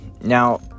Now